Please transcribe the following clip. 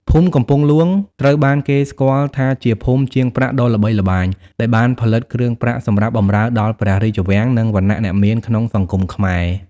ភូមិកំពង់ហ្លួងត្រូវបានគេស្គាល់ថាជាភូមិជាងប្រាក់ដ៏ល្បីល្បាញ ដែលបានផលិតគ្រឿងប្រាក់សម្រាប់បម្រើដល់ព្រះរាជវាំង និងវណ្ណៈអ្នកមានក្នុងសង្គមខ្មែរ។